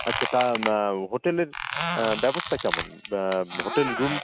আচ্ছা তা হোটেলের ব্যবস্থা কেমন হোটেল রুম